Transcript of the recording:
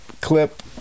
clip